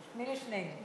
לשנינו.